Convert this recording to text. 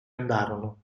andarono